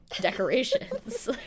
decorations